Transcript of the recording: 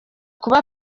kuba